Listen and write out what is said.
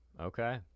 Okay